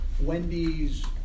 Wendy's